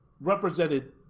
represented